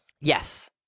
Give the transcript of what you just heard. Yes